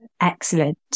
excellent